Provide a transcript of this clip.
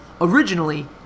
Originally